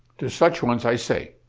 to such ones, i say,